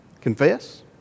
Confess